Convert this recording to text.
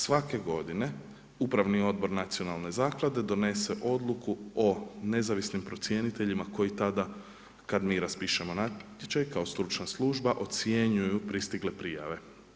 Svake godine Upravni odbor Nacionalne zaklade donese Odluku o nezavisnim procjeniteljima koji tada kada mi raspišemo natječaj kao stručna služba ocjenjuju pristigle prijave.